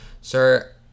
sir